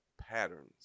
patterns